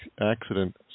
accident